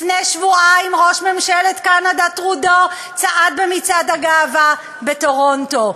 לפני שבועיים ראש ממשלת קנדה טרודו צעד במצעד הגאווה בטורונטו,